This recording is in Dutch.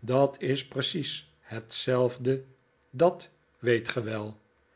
dat is precies hetzelfde dat weet ge wel